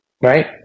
Right